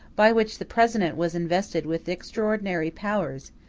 by which the president was invested with extraordinary powers,